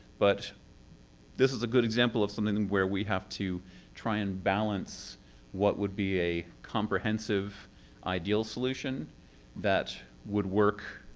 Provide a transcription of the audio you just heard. but this is a good example of something where we have to try and balance what would be a comprehensive ideal solution that would work